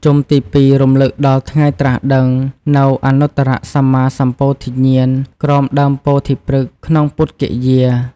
ជុំទី ២ រំលឹកដល់ ថ្ងៃត្រាស់ដឹង នូវអនុត្តរសម្មាសម្ពោធិញ្ញាណក្រោមដើមពោធិព្រឹក្សក្នុងពុទ្ធគយា។